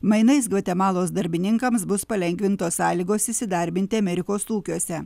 mainais gvatemalos darbininkams bus palengvintos sąlygos įsidarbinti amerikos ūkiuose